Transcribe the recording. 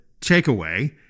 takeaway